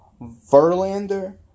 Verlander